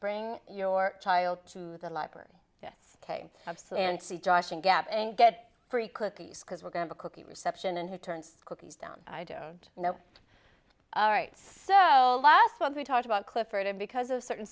bring your child to the library yes ok and see joshing gap and get free cookies because we're going to cookie reception and who turns cookies down i don't know all right so last month we talked about clifford and because of certain